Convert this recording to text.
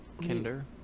Kinder